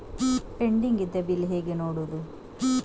Pending ಇದ್ದ bill ಹೇಗೆ ನೋಡುವುದು?